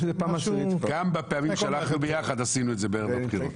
גם בפעמים שהלכנו יחד עשינו את זה ערב הבחירות.